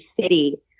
City